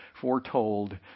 foretold